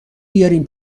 بیارین